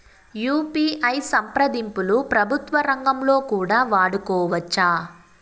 UPI సంప్రదింపులు ప్రభుత్వ రంగంలో కూడా వాడుకోవచ్చా?